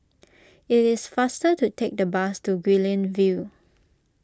it is faster to take the bus to Guilin View